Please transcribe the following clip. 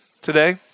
today